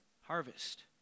harvest